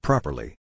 Properly